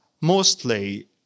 mostly